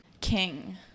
King